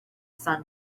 sun